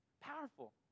Powerful